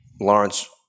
Lawrence